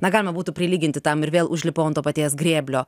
galima būtų prilyginti tam ir vėl užlipau ant to paties grėblio